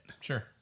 Sure